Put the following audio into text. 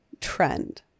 trend